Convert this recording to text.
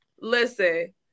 Listen